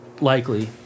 likely